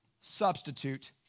substitute